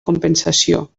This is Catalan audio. compensació